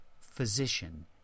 physician